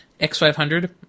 X500